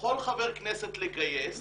יכול חבר כנסת לגייס